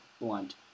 blunt